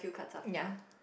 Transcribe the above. ya